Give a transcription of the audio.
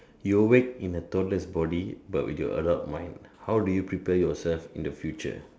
you'll wake in a toddler's body but with your adult mind how do you prepare yourself in the future